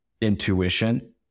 intuition